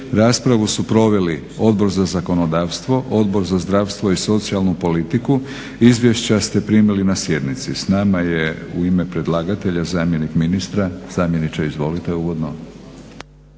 Raspravu su proveli Odbor za zakonodavstvo, Odbor za zdravstvo i socijalnu politiku. Izvješća ste primili na sjednici. S nama je u ime predlagatelja zamjenik ministra. Zamjeniče izvolite uvodno.